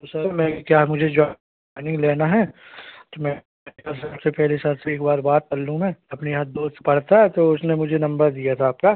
तो सर मैं क्या मुझे ज्वॉ इनिंग लेना है तो मैं कहा सर से पहले एक बार बात कर लूँ मैं अपने यहाँ दोस्त पढ़ता है तो उसने मुझे नंबर दिया था आपका